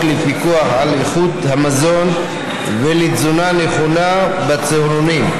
לפיקוח על איכות המזון ולתזונה נכונה בצהרונים,